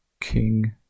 king